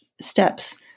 steps